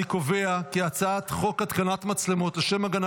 אני קובע כי הצעת חוק התקנת מצלמות לשם הגנה